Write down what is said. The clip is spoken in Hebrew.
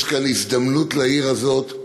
יש כאן הזדמנות לעיר הזאת,